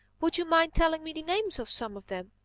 would you mind telling me the names of some of them?